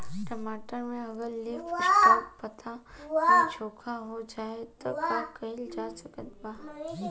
टमाटर में अगर लीफ स्पॉट पता में झोंका हो जाएँ त का कइल जा सकत बा?